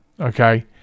Okay